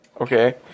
okay